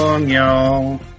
Y'all